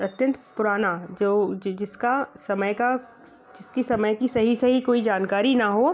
अत्यंत पुराना जो जिसका समय का जिसकी समय कि सही सही कोई जानकारी न हो